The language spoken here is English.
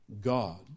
God